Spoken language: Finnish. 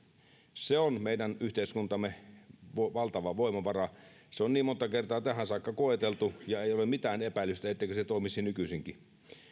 se on meidän yhteiskuntamme valtava voimavara se on niin monta kertaa tähän saakka koeteltu ja ei ole mitään epäilystä etteikö se toimisi nykyisinkin